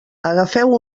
agafeu